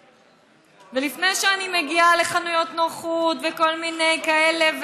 ולפני שאני מגיעה לחנויות נוחות וכל מיני כאלה,